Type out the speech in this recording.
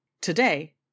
Today